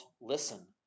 listen